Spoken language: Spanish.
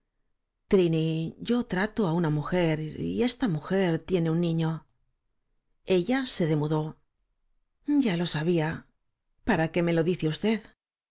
trini yo trato á una mujer y esta mujer tiene un niño ella se demudó ya lo sabía para qué me lo dice usted